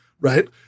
Right